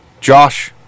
Josh